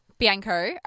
Bianco